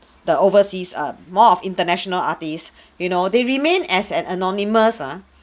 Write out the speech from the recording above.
the overseas are more of international artist you know they remain as an anonymous ah